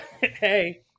Hey